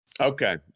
Okay